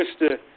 Mr